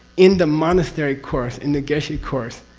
in the monastery course, in the geshe course,